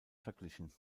verglichen